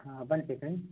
हाँ one second